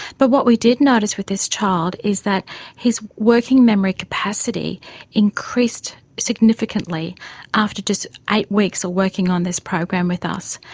but what we did notice with this child is that his working memory capacity increased significantly after just eight weeks of working on this program with us.